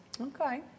Okay